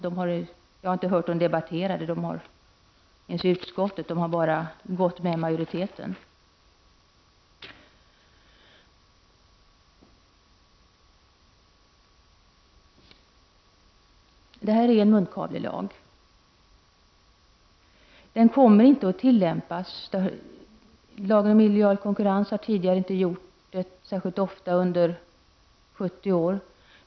Jag har inte hört dem debattera denna fråga, inte ens i utskottet. De har bara gått med majoriteten. Det här är en munkavlelag. Den kommer inte att tillämpas. Lagen om illojal konkurrens har tidigare inte tillämpats särskilt ofta under 70 år.